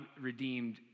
redeemed